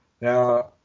Now